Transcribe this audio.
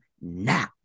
now